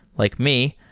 like me,